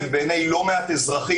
בעצמו קובע,